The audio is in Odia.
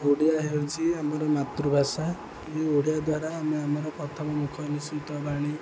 ଓଡ଼ିଆ ହେଉଛି ଆମର ମାତୃଭାଷା ଏହି ଓଡ଼ିଆ ଦ୍ୱାରା ଆମେ ଆମର ପ୍ରଥମ ମୁଖ ନିଃସୃତ ବାଣୀ